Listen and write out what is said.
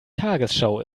tagesschau